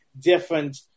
different